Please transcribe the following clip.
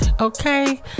Okay